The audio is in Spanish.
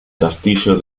castillo